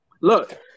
Look